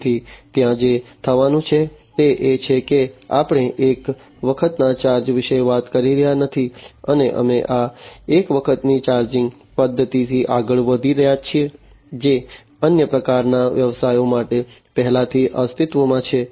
તેથી ત્યાં જે થવાનું છે તે એ છે કે આપણે એક વખતના ચાર્જ વિશે વાત કરી રહ્યા નથી અને અમે આ એક વખતની ચાર્જિંગ પદ્ધતિથી આગળ વધી રહ્યા છીએ જે અન્ય પ્રકારના વ્યવસાયો માટે પહેલેથી અસ્તિત્વમાં છે